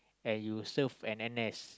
and you serve in N_S